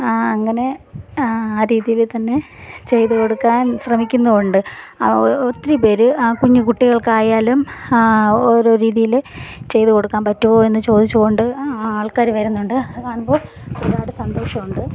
അങ്ങനെ ആ രീതിയിൽ തന്നെ ചെയ്ത് കൊടുക്കാൻ ശ്രമിക്കുന്നുമുണ്ട് ഒത്തിരി പേർ ആ കുഞ്ഞു കുട്ടികൾക്കായാലും ഓരോ രീതിയിൽ ചെയ്ത് കൊടുക്കാൻ പറ്റുമോ എന്ന് ചോദിച്ച് കൊണ്ട് ആൾക്കാർ വരുന്നുണ്ട് അത് കാണുമ്പോൾ ഒരുപാട് സന്തോഷം ഉണ്ട്